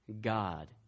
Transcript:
God